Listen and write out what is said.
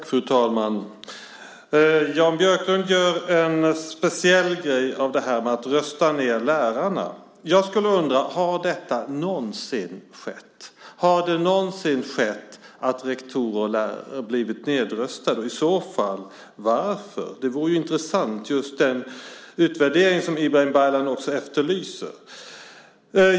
Fru talman! Jan Björklund gör en speciell grej av att rösta ned lärarna. Jag undrar om det någonsin har skett. Har det någonsin skett att rektorer och lärare har blivit nedröstade och i så fall varför? Det vore intressant med just en sådan utvärdering som Ibrahim Baylan efterlyser.